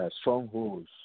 strongholds